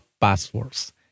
passwords